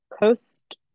coast